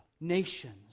nations